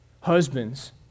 Husbands